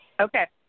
Okay